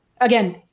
again